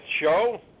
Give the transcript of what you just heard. show